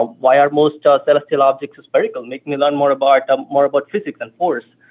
ah why are most celestial objects spherical, make me learn more about um more about physics and force.